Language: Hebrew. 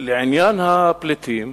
לעניין הפליטים,